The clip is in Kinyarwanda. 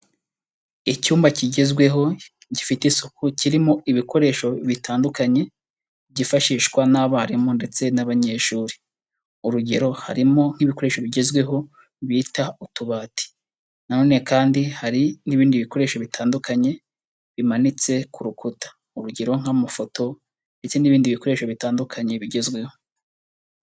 Icyumba kigezweho gifite isuku kirimo ibikoresho bitandukanye byifashishwa n'abarimu ndetse n'abanyeshuri, urugero harimo nk'ibikoresho bigezweho bita utubati. Na none kandi hari n'ibindi bikoresho bitandukanye bimanitse ku rukuta, urugero nk'amafoto ndetse n'ibindi bikoresho bitandukanye bigezweho.